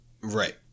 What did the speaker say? right